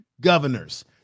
governors